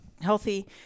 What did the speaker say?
healthy